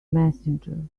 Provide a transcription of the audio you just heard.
messenger